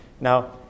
Now